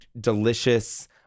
delicious